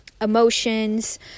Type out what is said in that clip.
emotions